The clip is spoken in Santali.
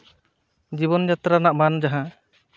ᱡᱤᱵᱚᱱ ᱡᱟᱛᱨᱟ ᱨᱮᱱᱟᱜ ᱢᱟᱱ ᱡᱟᱦᱟᱸ